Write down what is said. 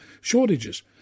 Shortages